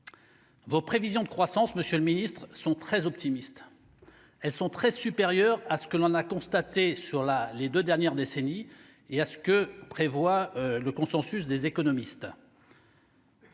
Vos prévisions de croissance Monsieur le Ministre, sont très optimistes, elles sont très supérieurs à ce que l'on a constaté sur la les 2 dernières décennies et à ce que prévoit le consensus des économistes.